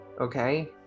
Okay